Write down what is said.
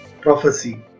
prophecy